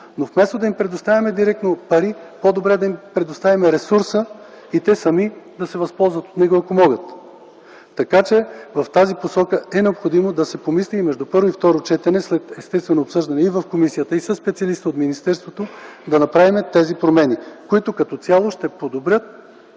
Вместо да им предоставяме директно пари, по-добре е да им предоставим ресурс и те сами да се възползват от него, ако могат. В тази посока е необходимо да се помисли и между първо и второ четене в процеса на обсъждането в комисията и със специалисти от министерството да направим тези промени, които като цяло ще подобрят